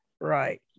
Right